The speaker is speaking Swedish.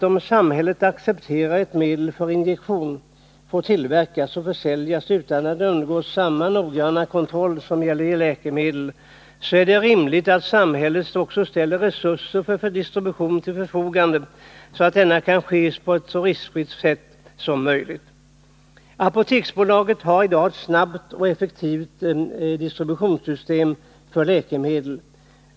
Om samhället accepterar att medel för injektion får tillverkas och försäljas utan att de undergått samma noggranna kontroll som krävs för läkemedel, så är det rimligt att samhället också ställer resurser för distribution till förfogande, så att distributionen kan ske på ett så riskfritt sätt som möjligt. Apoteksbolaget har i dag ett snabbt och effektivt distributionssystem för läkemedel.